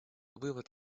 вывод